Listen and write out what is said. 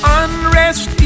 unrest